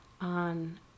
on